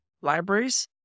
libraries